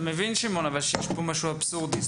אבל שמעון, אתה מבין שיש פה משהו אבסורדי?